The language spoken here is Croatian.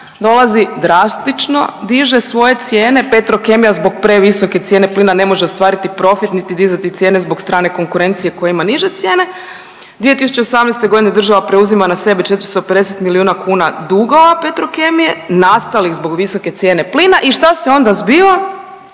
dolazi drastično diže svoje cijene, Petrokemija zbog previsoke cijene plina ne može ostvariti profit niti dizati cijene zbog strane konkurencije koja ima niže cijene, 2018.g. država preuzima na sebe 450 milijuna kuna dugova Petrokemije nastalih zbog visoke cijene plina. I šta se onda zbiva?